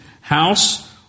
house